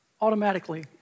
automatically